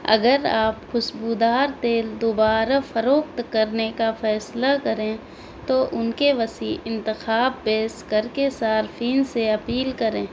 اگر آپ خوشبو دار تیل دوبارہ فروخت کرنے کا فیصلہ کریں تو ان کے وسیع انتخاب پیش کر کے صارفین سے اپیل کریں